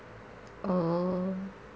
oh